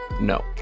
No